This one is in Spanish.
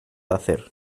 hacer